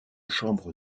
chambre